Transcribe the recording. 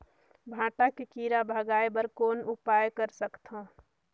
भांटा के कीरा भगाय बर कौन उपाय कर सकथव?